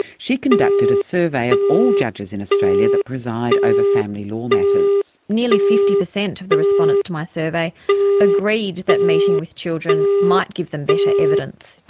she conducted a survey of all judges in australia that preside over family law matters. nearly fifty per cent of the respondents to my survey agreed that meeting with children might give them better evidence.